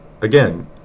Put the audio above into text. Again